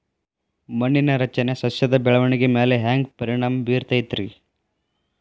ಮಣ್ಣಿನ ರಚನೆ ಸಸ್ಯದ ಬೆಳವಣಿಗೆ ಮ್ಯಾಲೆ ಹ್ಯಾಂಗ್ ಪರಿಣಾಮ ಬೇರತೈತ್ರಿ?